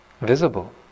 visible